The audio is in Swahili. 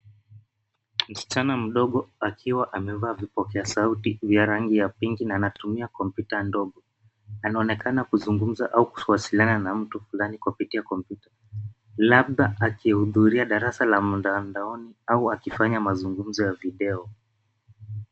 Msichana mdogo akiwa amevaa vipokea sauti vya rangi ya pinki na anatumia kompyuta ndogo. Anaonekana kuzungumza au kuwasiliana na mtu fulani kupitia kompyuta labda akihudhuria darasa la mtandaoni au akifanya mazungumzo ya video.